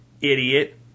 idiot